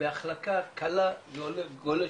בהחלקה קלה זה הולך וגולש.